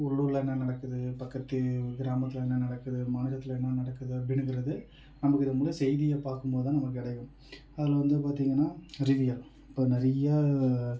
உள்ளூரில் என்ன நடக்குது பக்கத்து கிராமத்தில் என்ன நடக்குது மாநிலத்தில் என்ன நடக்குது அப்படிங்குறது நம்ம இது வந்து செய்தியை பார்க்கும் போது நமக்கு கிடைக்கும் அதில் வந்து பார்த்திங்கன்னா அறிவியல் இப்போ நிறைய